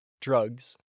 Drugs